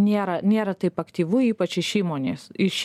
nėra nėra taip aktyvu ypač iš įmonės iš